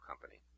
company